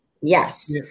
Yes